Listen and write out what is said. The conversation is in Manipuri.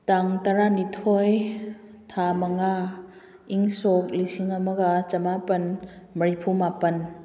ꯇꯥꯡ ꯇꯔꯥꯅꯤꯊꯣꯏ ꯊꯥ ꯃꯉꯥ ꯏꯪ ꯁꯣꯛ ꯂꯤꯁꯤꯡ ꯑꯃꯒ ꯆꯃꯥꯄꯜ ꯃꯔꯤꯐꯨꯃꯥꯄꯜ